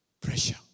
pressure